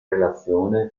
relazione